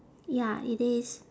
ya it is